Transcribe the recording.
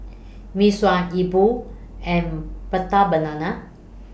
Mee Sua E Bua and Prata Banana